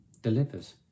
delivers